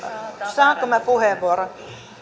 saanko minä puheenvuoron